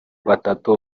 batatu